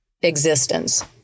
existence